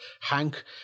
hank